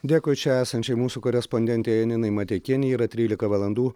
dėkui čia esančiai mūsų korespondentei janinai mateikienei yra trylika valandų